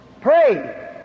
Pray